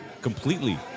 completely